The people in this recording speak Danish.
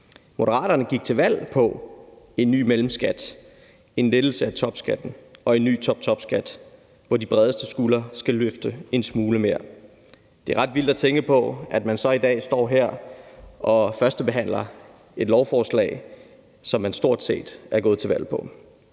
Moderaterne gik til valg på en ny mellemskat, en lettelse af topskatten og en ny toptopskat, hvor de bredeste skuldre skal løfte en smule mere. Det er ret vildt at tænke på, at man så i dag står her og førstebehandler et lovforslag, som man stort set er gået til valg på.